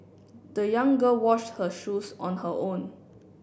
the young girl washed her shoes on her own